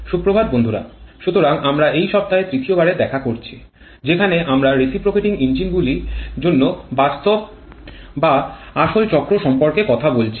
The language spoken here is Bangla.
সুপ্রভাত বন্ধুরা সুতরাং আমরা এই সপ্তাহে তৃতীয়বারে দেখা করছি যেখানে আমরা রিসিপোক্রেটিং ইঞ্জিনগুলির জন্য বাস্তব বা আসল চক্র সম্পর্কে কথা বলছি